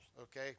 okay